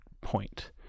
point